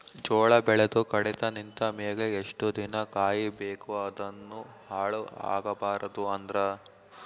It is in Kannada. ಜೋಳ ಬೆಳೆದು ಕಡಿತ ನಿಂತ ಮೇಲೆ ಎಷ್ಟು ದಿನ ಕಾಯಿ ಬೇಕು ಅದನ್ನು ಹಾಳು ಆಗಬಾರದು ಅಂದ್ರ?